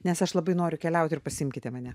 nes aš labai noriu keliauti ir pasiimkite mane